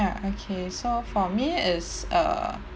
ya okay so for me is uh